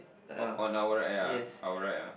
on on our right ah our right ah